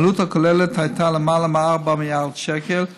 והעלות הכוללת הייתה למעלה מ-4 מיליארד שקל,